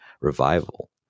revival